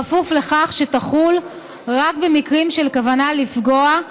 בכפוף לכך שתחול רק במקרים של כוונה לפגוע,